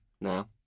now